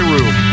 Room